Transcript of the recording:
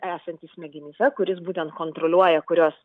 esantys smegenyse kuris būtent kontroliuoja kurios